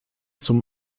zum